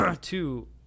Two